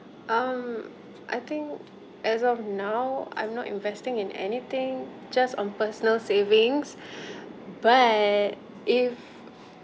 um I think as of now I'm not investing in anything just on personal savings but if